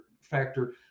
factor